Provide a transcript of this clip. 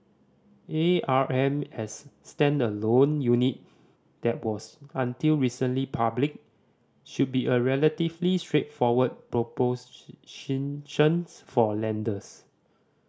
A R M as standalone unit that was until recently public should be a relatively straightforward for lenders